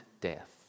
death